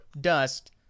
dust